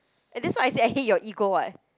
and that's why I said I hate your ego [what]